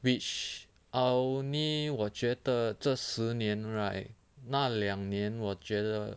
which I'll only 我觉得这十年 right 那两年我觉得